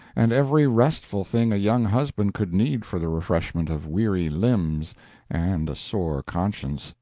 and every restful thing a young husband could need for the refreshment of weary limbs and a sore conscience,